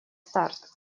старт